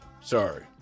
Sorry